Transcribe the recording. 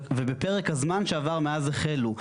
ובפרק הזמן שעבר מאז החלו.